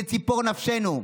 זה ציפור נפשנו.